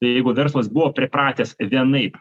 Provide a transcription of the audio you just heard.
tai jeigu verslas buvo pripratęs vienaip